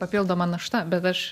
papildoma našta bet aš